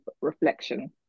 reflection